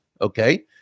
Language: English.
okay